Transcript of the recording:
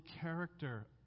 character